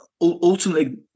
ultimately